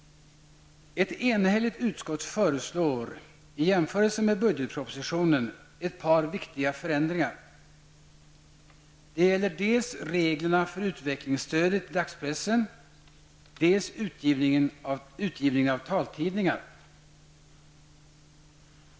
Ett enhälligt utskott föreslår -- och detta skall jämföras med budgetpropositionen -- ett par viktiga förändringar. Det gäller dels reglerna för utvecklingsstödet till dagspressen, dels utgivningen av taltidningar.